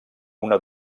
una